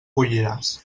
colliràs